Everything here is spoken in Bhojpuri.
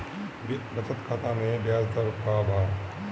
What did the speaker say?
बचत खाता मे ब्याज दर का बा?